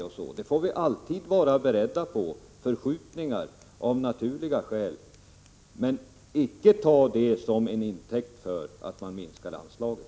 Vi får av naturliga skäl alltid vara beredda på förskjutningar men icke ta sådant till intäkt för att minska anslagen.